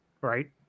right